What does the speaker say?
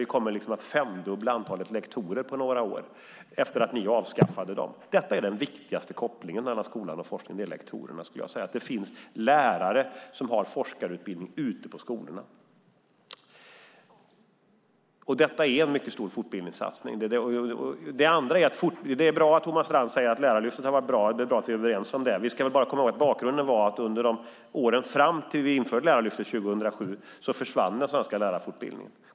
Vi kommer att femdubbla antalet lektorer på några år, efter att ni avskaffade dem. Detta är den viktigaste kopplingen mellan skolan och forskningen. Det är lektorerna, skulle jag säga. Det handlar om att det ute på skolorna finns lärare som har forskarutbildning. Detta är en mycket stor fortbildningssatsning. Det är bra att Thomas Strand säger att Lärarlyftet har varit bra. Det är bra att vi är överens om det. Vi ska väl bara komma ihåg att bakgrunden var att den svenska lärarfortbildningen försvann under åren fram till att vi införde Lärarlyftet 2007.